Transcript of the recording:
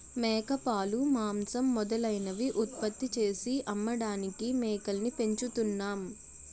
మేకపాలు, మాంసం మొదలైనవి ఉత్పత్తి చేసి అమ్మడానికి మేకల్ని పెంచుతున్నాం